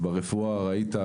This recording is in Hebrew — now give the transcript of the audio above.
ברפואה ראית,